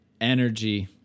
energy